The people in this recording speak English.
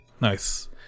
Nice